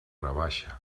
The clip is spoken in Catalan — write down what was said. rebaixa